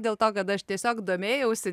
dėl to kad aš tiesiog domėjausi